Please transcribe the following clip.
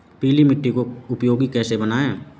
पीली मिट्टी को उपयोगी कैसे बनाएँ?